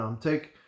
take